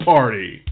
Party